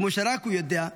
כמו שרק הוא יודע,